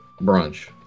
brunch